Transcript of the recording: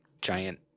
giant